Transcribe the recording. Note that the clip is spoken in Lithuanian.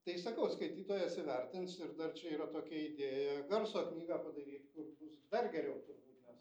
tai sakau skaitytojas įvertins ir dar čia yra tokia idėja garso knygą padaryt kur bus dar geriau turbūt nes